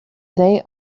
they